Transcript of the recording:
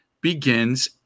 begins